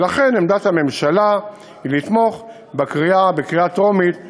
ולכן עמדת הממשלה היא לתמוך בחוק המוצע בקריאה טרומית.